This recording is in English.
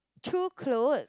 through clothes